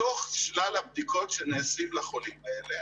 בתוך שלל הבדיקות שנעשים לחולים האלה